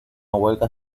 huelga